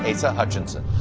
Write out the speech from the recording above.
asa hutchinson.